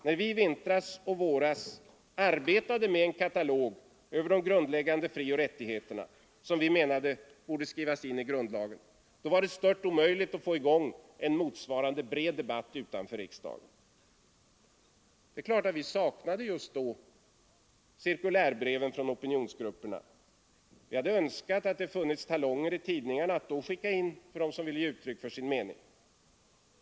När vi i vintras och våras arbetade med en katalog över de grundläggande frioch rättigheterna, som vi menade borde skrivas in i grundlagen, var det stört omöjligt att få i gång en motsvarande bred Det är klart att vi saknade just då cirkulärbreven från opinionsgrupperna. Vi hade önskat att det då funnits talonger i tidningarna att skicka in för dem som ville ge uttryck för sin mening.